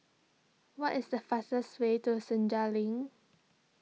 what is the fastest way to Senja Link